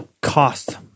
Cost